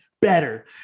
better